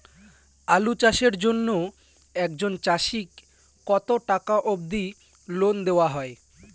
আলু চাষের জন্য একজন চাষীক কতো টাকা অব্দি লোন দেওয়া হয়?